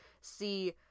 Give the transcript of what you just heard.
see